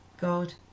God